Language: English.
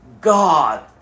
God